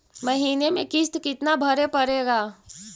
महीने में किस्त कितना भरें पड़ेगा?